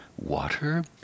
water